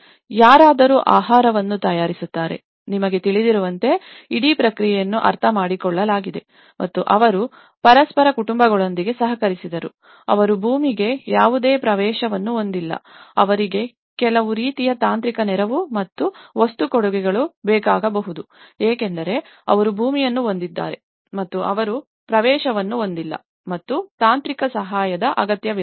ಯಾರಾದರೂ ಆಹಾರವನ್ನು ತಯಾರಿಸುತ್ತಾರೆ ನಿಮಗೆ ತಿಳಿದಿರುವಂತೆ ಇಡೀ ಪ್ರಕ್ರಿಯೆಯನ್ನು ಅರ್ಥಮಾಡಿಕೊಳ್ಳಲಾಗಿದೆ ಮತ್ತು ಅವರು ಪರಸ್ಪರ ಕುಟುಂಬಗಳೊಂದಿಗೆ ಸಹಕರಿಸಿದರು ಅವರು ಭೂಮಿಗೆ ಯಾವುದೇ ಪ್ರವೇಶವನ್ನು ಹೊಂದಿಲ್ಲ ಮತ್ತು ಅವರಿಗೆ ಕೆಲವು ರೀತಿಯ ತಾಂತ್ರಿಕ ನೆರವು ಮತ್ತು ವಸ್ತು ಕೊಡುಗೆಗಳು ಬೇಕಾಗಬಹುದು ಏಕೆಂದರೆ ಅವರು ಭೂಮಿಯನ್ನು ಹೊಂದಿದ್ದಾರೆ ಮತ್ತು ಅವರು ಪ್ರವೇಶವನ್ನು ಹೊಂದಿಲ್ಲ ಮತ್ತು ತಾಂತ್ರಿಕ ಸಹಾಯದ ಅಗತ್ಯವಿರುತ್ತದೆ